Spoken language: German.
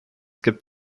gibt